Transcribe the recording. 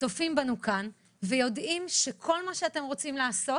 צופים בנו כאן ויודעים שכל מה שאתם רוצים לעשות